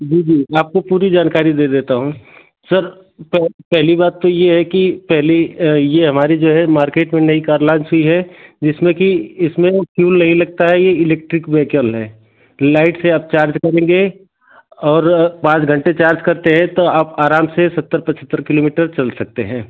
जी जी मैं आपको पूरी जानकारी दे देता हूँ सर पह पहली बात तो ये है कि पहली ये हमारी जो है मार्केट में नई कार लांच हुई है जिसमें कि इसमें फ्यूल नहीं लगता है यह इलेक्ट्रिक वेहिकल है लाइट से आप चार्ज करेंगे और पाँच घंटे चार्ज करते हैं तो आप आराम से सत्तर पचहत्तर किलोमीटर चल सकते हैं